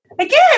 again